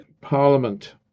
parliament